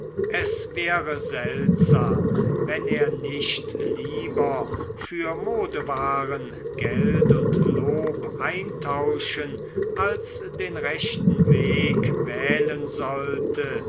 es wäre seltsam wenn er nicht lieber für modewaren geld und lob eintauschen als den rechten weg wählen sollte